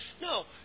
No